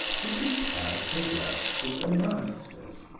he compared the works of the masters,